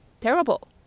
terrible